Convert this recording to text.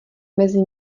mezi